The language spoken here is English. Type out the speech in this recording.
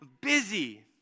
busy